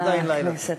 עדיין לילה.